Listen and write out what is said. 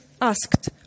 asked